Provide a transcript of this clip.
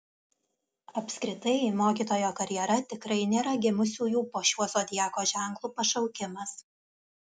apskritai mokytojo karjera tikrai nėra gimusiųjų po šiuo zodiako ženklu pašaukimas